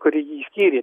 kuri jį skyrė